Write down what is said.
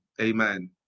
amen